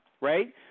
right